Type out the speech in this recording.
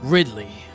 Ridley